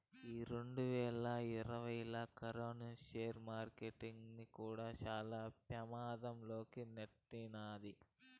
ఈ రెండువేల ఇరవైలా కరోనా సేర్ మార్కెట్టుల్ని కూడా శాన పెమాధం లోకి నెట్టినాది